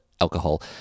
alcohol